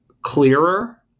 clearer